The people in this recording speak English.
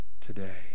today